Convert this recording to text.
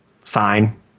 sign